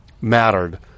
mattered